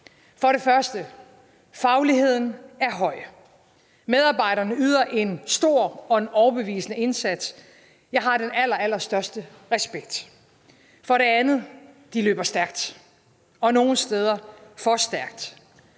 For det første: Fagligheden er høj. Medarbejderne yder en stor og en overbevisende indsats. Jeg har den allerallerstørste respekt for dem. For det andet: De løber stærkt, og nogle steder for stærkt.